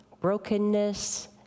brokenness